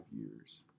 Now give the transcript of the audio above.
years